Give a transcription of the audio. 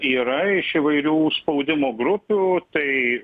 yra iš įvairių spaudimo grupių tai